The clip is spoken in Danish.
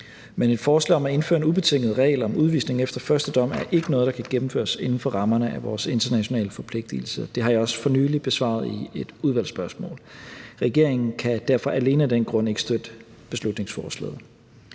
Men et forslag om at indføre en ubetinget regel om udvisning efter første dom er ikke noget, der kan gennemføres inden for rammerne af vores internationale forpligtigelser. Det har jeg også for nylig besvaret i et udvalgsspørgsmål. Regeringen kan derfor alene af den grund ikke støtte beslutningsforslaget.